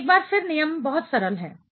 अब एक बार फिर नियम बहुत सरल है